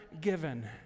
given